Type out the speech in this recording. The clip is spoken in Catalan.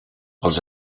els